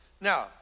Now